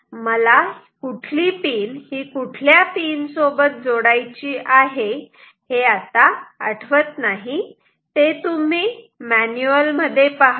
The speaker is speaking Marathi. आता मला कुठली पिन ही कुठल्या पिन सोबत जोडायची आहे हे आठवत नाही ते तुम्ही मॅन्युअल मध्ये पहा